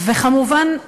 וכמובן,